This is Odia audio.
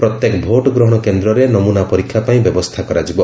ପ୍ରତ୍ୟେକ ଭୋଟ୍ ଗ୍ରହଣ କେନ୍ଦ୍ରରେ ନମୁନା ପରୀକ୍ଷା ପାଇଁ ବ୍ୟବସ୍ଥା କରାଯିବ